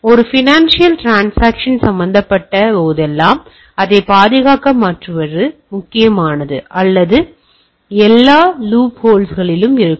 ஒரு financial transaction சம்பந்தப்பட்ட போதெல்லாம் அதைப் பாதுகாப்பாக மாற்றுவது முக்கியமானது அல்லது எல்லா லூப்ஹால்ஸ்களிலும் இருக்கும்